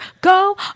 go